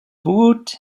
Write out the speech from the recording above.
woot